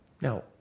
Now